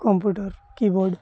computer keyboard